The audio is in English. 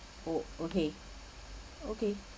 oh okay okay